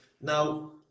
now